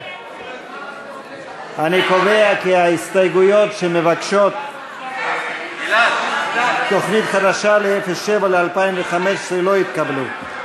אני קובע כי ההסתייגויות שמבקשות תוכנית חדשה ל-07 ל-2015 לא התקבלו.